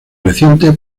recientes